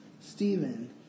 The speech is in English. Stephen